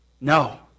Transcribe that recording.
No